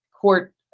court